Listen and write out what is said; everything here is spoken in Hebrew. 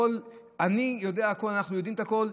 אני יודע הכול, אנחנו יודעים את הכול,